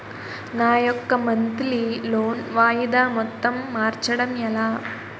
నా యెక్క monthly loan వాయిదా మొత్తం మార్చడం ఎలా?